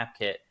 AppKit